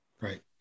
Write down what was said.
right